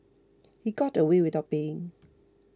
he got away without paying